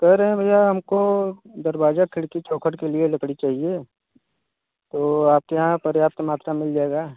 कह रहें भैया हम को दरवाज़ा खिड़की चौखट के लिए लकड़ी चाहिए तो आपके यहाँ पर्याप्त मात्रा मिल जाएगा